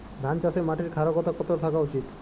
ধান চাষে মাটির ক্ষারকতা কত থাকা উচিৎ?